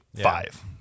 five